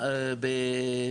היה במאי,